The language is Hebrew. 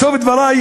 בסוף דברי,